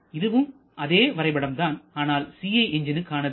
இதுவும் அதே வரைபடம் தான் ஆனால் CI எஞ்ஜின்களுக்கானது